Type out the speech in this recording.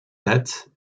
date